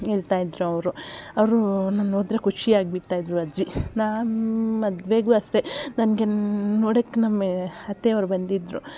ಹೇಳ್ತಾ ಇದ್ರು ಅವರು ಅವರು ನಾನು ಹೋದ್ರೆ ಖುಷಿ ಆಗ್ಬಿಡ್ತಾ ಇದ್ದರು ಅಜ್ಜಿ ನಾನು ಮದುವೆಗೂ ಅಷ್ಟೆ ನನಗೆ ನೋಡಕ್ಕೆ ನಮ್ಮ ಅತ್ತೆವ್ರು ಬಂದಿದ್ದರು